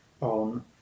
on